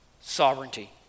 sovereignty